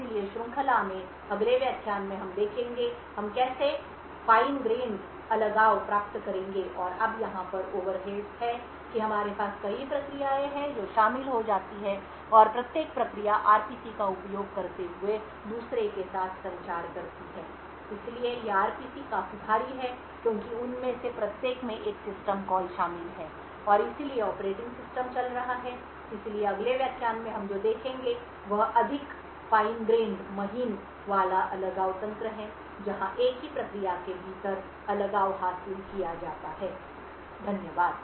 इसलिए श्रृंखला में अगले व्याख्यान में हम देखेंगे कि हम कैसे महीन दानेदार अलगाव प्राप्त करेंगे अब यहाँ पर ओवर हेड्स हैं कि हमारे पास कई प्रक्रियाएं हैं जो शामिल हो जाती हैं और प्रत्येक प्रक्रिया RPC का उपयोग करते हुए दूसरे के साथ संचार करती है इसलिए ये RPC काफी भारी हैं क्योंकि उनमें से प्रत्येक में एक सिस्टम कॉल शामिल है और इसलिए ऑपरेटिंग सिस्टम चल रहा है इसलिए अगले व्याख्यान में हम जो देखेंगे वह अधिक fine grained वाला अलगाव तंत्र है जहां एक ही प्रक्रिया के भीतर अलगाव हासिल किया जाता है धन्यवाद